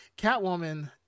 Catwoman